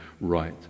right